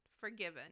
forgiven